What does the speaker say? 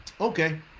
Okay